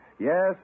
Yes